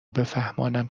بفهمانم